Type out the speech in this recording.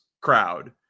crowd